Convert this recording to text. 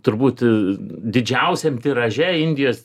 turbūt didžiausiam tiraže indijos